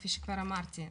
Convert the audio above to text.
כפי שכבר אמרתי,